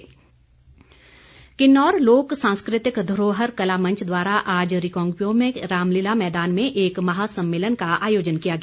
सम्मेलन किन्नौर लोक सांस्कृतिक धरोहर कला मंच द्वारा आज रिकांगपिओ के रामलीला मैदान में एक महा सम्मेलन का आयोजन किया गया